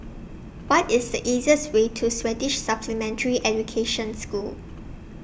What IS The easiest Way to Swedish Supplementary Education School